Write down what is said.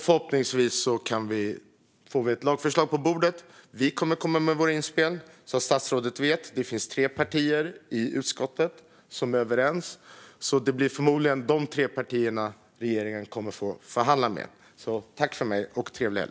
Förhoppningsvis får vi alltså ett lagförslag på bordet, och vi kommer att komma med våra inspel. Som statsrådet vet finns det tre partier i utskottet som är överens, så det blir förmodligen de tre partierna regeringen kommer att få förhandla med. Trevlig helg!